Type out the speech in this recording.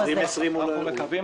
אנחנו מקווים